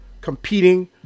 competing